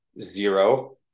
zero